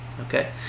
Okay